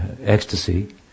ecstasy